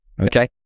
Okay